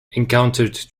encountered